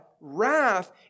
wrath